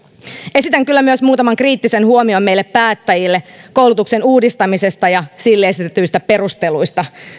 esitän kyllä myös muutaman kriittisen huomion meille päättäjille koulutuksen uudistamisesta ja sille esitetyistä perusteluista